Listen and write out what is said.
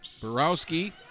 Borowski